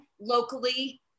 locally